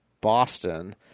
Boston